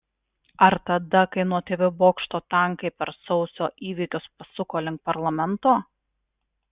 ar tada kai nuo tv bokšto tankai per sausio įvykius pasuko link parlamento